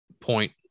point